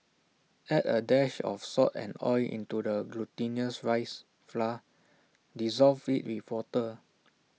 add A dash of salt and oil into the glutinous rice flour dissolve IT with water